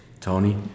Tony